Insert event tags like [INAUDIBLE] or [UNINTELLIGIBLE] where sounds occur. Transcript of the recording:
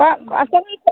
[UNINTELLIGIBLE]